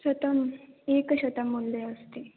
शतम् एकशतं मूल्यम् अस्ति